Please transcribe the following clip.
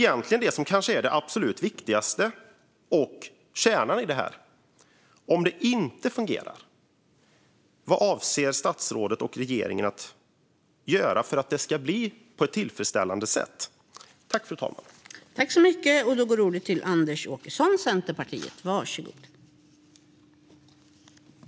Det kanske absolut viktigaste och kärnan i detta är vad statsrådet och regeringen avser att göra för att det ska bli tillfredsställande, om det inte fungerar.